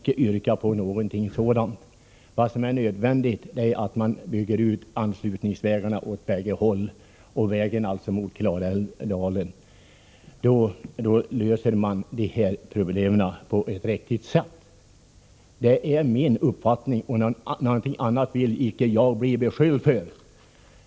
Men det är nödvändigt att man behåller den som anslutningsväg från Tidafors handel åt bägge hållen. Vägen från Olsäter i Klarälvsdalen bör rustas upp. Då löses problemen på ett riktigt sätt. Detta är min uppfattning. Något annat vill jag inte blir beskylld för.